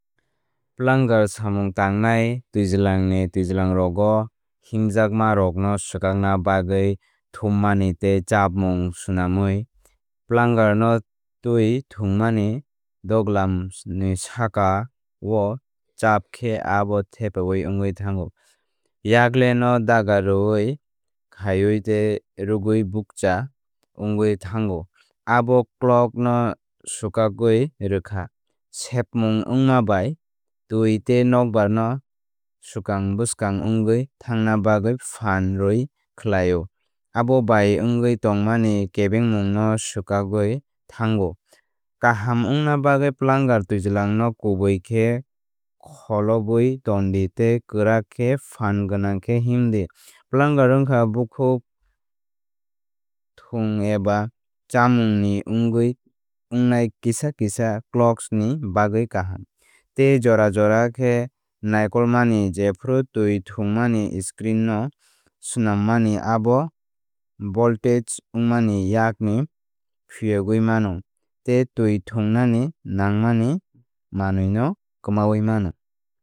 Plunger samung tangnai twijlangni twijlangrogo himjakmarokno swkakna bagwi thummani tei chapmung swnamwi. Plunger no twi thwngmani duglamni sakao chap khe abo thepaoui wngwi thango. Yakle no dagaroui khaiwi tei rwgwi bukcha wngwi thango abo clog no swkakwi rwkha. Sepmung wngma bai twi tei nokbar no swkang bwskang wngwi thangna bagwi phan rwi khlaio. Abo bai wngwi tongmani kebengmung no swkagwui thango. Kaham wngna bagwi plunger twijlangno kubui khe kholobwi ton di tei kwrak khe phan gwnang khe himdi. Plunger wngkha bukhuk thwng eba chamungni wngwi wngnai kisa kisa clogs ni bagwi kaham. Tei jora jora khe naikolmani jephru twi thwngmani screen no swnammani abo boltage wngmani yakni phiyogwi mano. Tei twi thwngnani nangmani manwi no kwmawi mano.